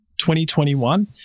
2021